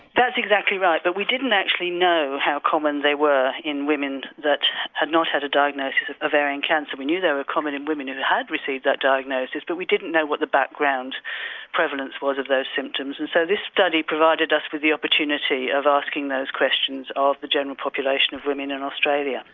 that's exactly right but we didn't actually know how common they were in women that had not had a diagnosis of ovarian cancer. we knew they were common in women who had received that diagnosis but we didn't know what the background prevalence was of those symptoms. and so this study provided us with the opportunity of asking those questions of the general population of women in australia.